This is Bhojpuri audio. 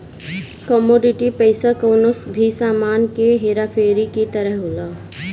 कमोडिटी पईसा कवनो भी सामान के हेरा फेरी के तरही होला